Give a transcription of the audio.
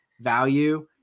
value